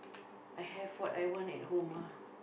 I have what I want at home ah